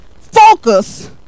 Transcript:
focus